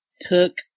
took